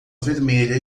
vermelha